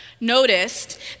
noticed